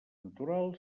natural